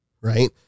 right